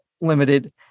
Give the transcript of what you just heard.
limited